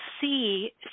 see